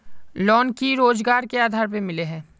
Loan की रोजगार के आधार पर मिले है?